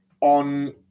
on